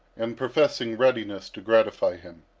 and professing readiness to gratify him.